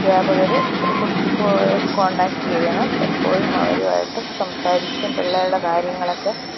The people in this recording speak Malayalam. അധ്യാപകർ ഒരു കോൺടാക്ട് ചെയ്യണം എപ്പോഴും അവരുമായിട്ട് സംസാരിച്ചും പിള്ളേരുടെ കാര്യങ്ങളൊക്കെ